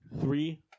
three